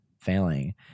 failing